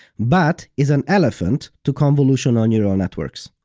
but, is an elephant to convolutional neural networks.